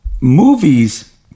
movies